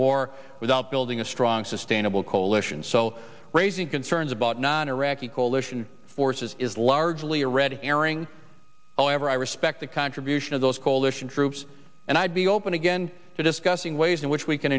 war without building a strong sustainable coalition and so raising concerns about non iraqi coalition forces is largely a red herring however i respect the contribution of those coalition troops and i'd be open again to discussing ways in which we can